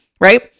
Right